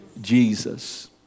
Jesus